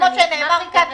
כמו שנאמר כאן,